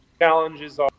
Challenges